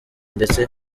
ndetse